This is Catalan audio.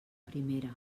primera